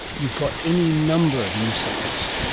you've got any number of insects.